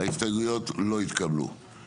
0 ההסתייגויות לא התקבלו ההסתייגויות לא התקבלו.